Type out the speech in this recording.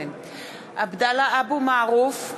(קוראת בשמות חברי הכנסת) עבדאללה אבו מערוף,